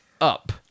up